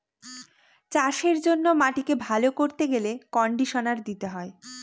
চাষের জন্য মাটিকে ভালো করতে গেলে কন্ডিশনার দিতে হয়